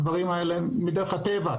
הדברים הללו הם מדרך הטבע,